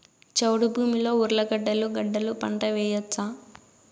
చౌడు భూమిలో ఉర్లగడ్డలు గడ్డలు పంట వేయచ్చా?